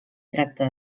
tracta